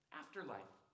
afterlife